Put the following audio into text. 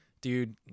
Dude